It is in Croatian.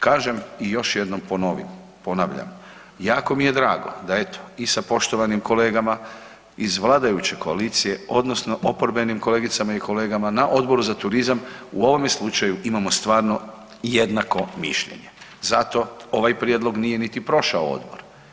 Kažem i još jednom ponavljam, jako mi je drago da eto i sa poštovanim kolegama iz vladajuće koalicije odnosno oporbenim kolegicama i kolegama na Odboru za turizam u ovome slučaju imamo stvarno jednako mišljenje, zato ovaj prijedlog nije niti prošao odbor.